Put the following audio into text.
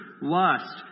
lust